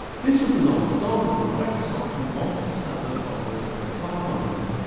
this was a non-starter for microsoft who wanted to sell their software to other car companies,